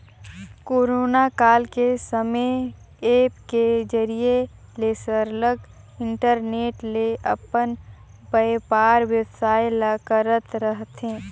corona काल के समे ऐप के जरिए ले सरलग इंटरनेट ले अपन बयपार बेवसाय ल करत रहथें